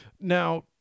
Now